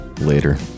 Later